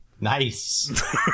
Nice